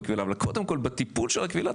קודם כל בטיפול של הקבילה,